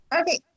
Okay